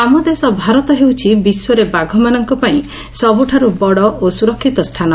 ଆମ ଦେଶ ଭାରତ ହେଉଛି ବିଶ୍ୱରେ ବାଘମାନଙ୍କ ପାଇଁ ସବୁଠାରୁ ବଡ଼ ଓ ସୁରକିତ ସ୍ଚାନ